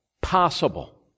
possible